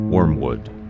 Wormwood